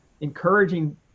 encouraging